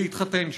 להתחתן שם,